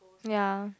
ya